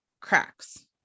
cracks